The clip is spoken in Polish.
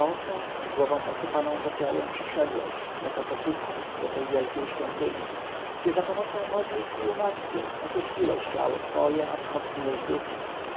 z głową posypaną popiołem przyszedłeś jako pokutnik do tej wielkiej świątyni gdzie zapomocą modlitw i umartwień oczyściłeś ciało swoje a wzmocniłeś ducha